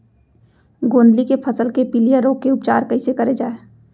गोंदली के फसल के पिलिया रोग के उपचार कइसे करे जाये?